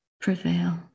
prevail